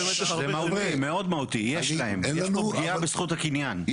זה מהותי, מאד מהותי יש פה פגיעה בזכות הקניין.